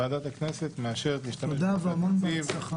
ועדת הכנסת מאשרת את השימוש בעודפי התקציב.